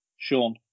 Sean